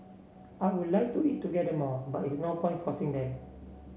I would like to eat together more but is no point forcing them